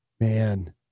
Man